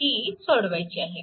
ही सोडवायची आहेत